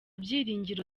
byiringiro